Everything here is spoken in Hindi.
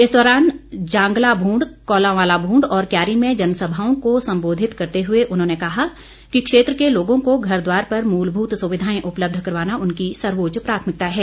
इस दौरान जांगलाभूड कोलावांलाभूड और क्यारी में जनसभाओं को सम्बोधित करते हुए उन्होंने कहा कि क्षेत्र के लोगों को घर द्वार पर मूलमूत सुविधाएं उपलब्ध करवाना उनकी सर्वोच्च प्राथमिकता है